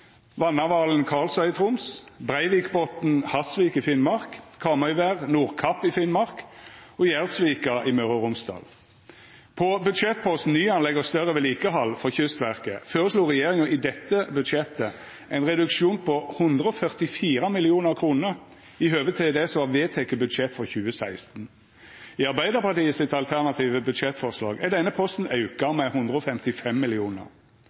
Vannavalen, Karlsøy i Troms Breivikbotn, Hasvik i Finnmark Kamøyvær, Nordkapp i Finnmark Gjerdsvika i Møre og Romsdal På budsjettposten «Nyanlegg og større vedlikehold» for Kystverket føreslo regjeringa i dette budsjettet ein reduksjon på 144 mill. kr i høve til det som var vedteke i budsjettet for 2016. I Arbeidarpartiets alternative budsjettforslag er denne posten